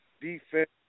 defense